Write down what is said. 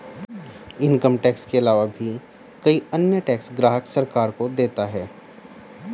income tax के आलावा भी कई अन्य टैक्स ग्राहक सरकार को देता है